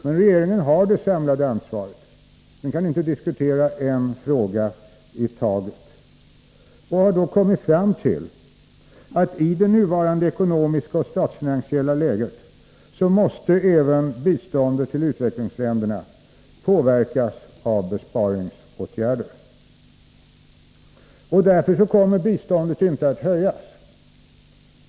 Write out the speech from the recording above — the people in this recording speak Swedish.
Men regeringen har det samlade ansvaret — den kan inte diskutera en fråga i taget — och den har då kommit fram till att i det nuvarande ekonomiska och statsfinansiella läget måste även biståndet till utvecklingsländerna påverkas av besparingsåtgärder. Därför kommer biståndet inte att höjas.